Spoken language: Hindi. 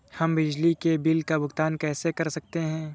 हम बिजली के बिल का भुगतान कैसे कर सकते हैं?